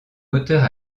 auteure